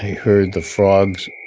heard the frogs